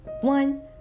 one